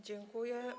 Dziękuję.